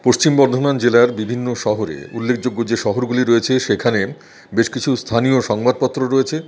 পশ্চিম বর্ধমান জেলার বিভিন্ন শহরে উল্লেখযোগ্য যে শহরগুলি রয়েছে সেখানে বেশ কিছু স্থানীয় সংবাদপত্র রয়েছে